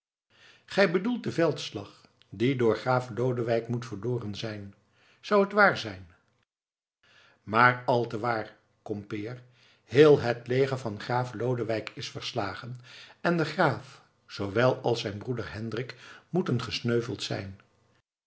gij bedoelt den veldslag die door graaf lodewijk moet verloren zijn zou het waar zijn maar al te waar kompeer heel het leger van graaf lodewijk is verslagen en de graaf zoowel als zijn broeder hendrik moeten gesneuveld zijn